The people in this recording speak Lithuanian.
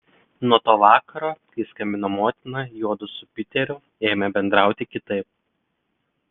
nuo to vakaro kai skambino motina juodu su piteriu ėmė bendrauti kitaip